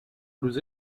nous